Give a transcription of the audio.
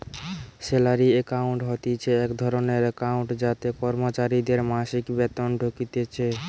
salary account হতিছে এক ধরণের একাউন্ট যাতে কর্মচারীদের মাসিক বেতন ঢুকতিছে